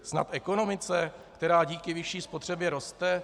Snad ekonomice, která díky vyšší spotřebě roste?